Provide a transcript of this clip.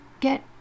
get